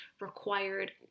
required